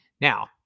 Now